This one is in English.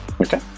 Okay